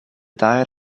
diet